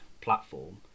platform